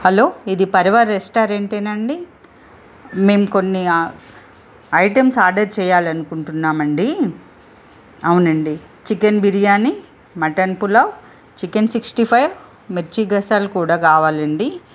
hello ఇది పర్వార్ రెస్టారెంటేనా అండి మేము కొన్ని ఐటమ్స్ ఆర్డర్ చేయాలి అనుకుంటున్నామండి అవునండి chicken biryani mutton pulao chicken sixty five మిర్చి గసాలు కూడా కావాలండి